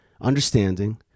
understanding